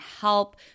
help